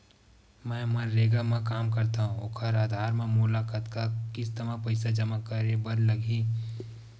मैं मनरेगा म काम करथव, ओखर आधार म मोला कतना किस्त म पईसा जमा करे बर लगही?